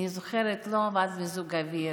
אני זוכרת שלא עבד מיזוג האוויר,